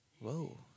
Whoa